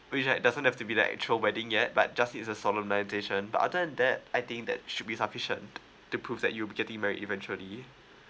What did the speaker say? which had doesn't have to be the actual wedding yet but just is a solemnization but other than that I think that should be sufficient to prove that you be getting married eventually